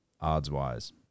odds-wise